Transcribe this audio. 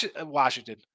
Washington